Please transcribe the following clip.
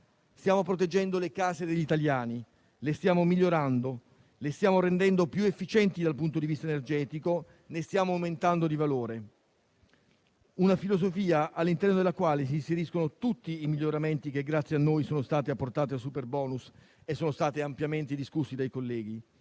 stiamo proteggendo le case degli italiani, le stiamo migliorando, le stiamo rendendo più efficienti dal punto di vista energetico, ne stiamo aumentando il valore; all'interno di tale filosofia si inseriscono tutti i miglioramenti che, grazie a noi, sono stati apportati al superbonus e sono stati ampiamente discussi dai colleghi.